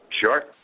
Sure